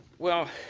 well,